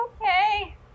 Okay